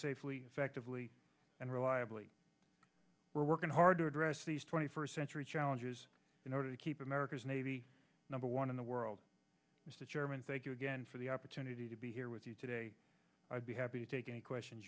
safely affectively and reliable we're working hard to address these twenty first century challenges in order to keep america's navy number one in the world mr chairman thank you again for the opportunity to be here with you today i'd be happy to take any questions